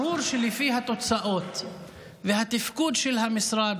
ברור שלפי התוצאות והתפקוד של המשרד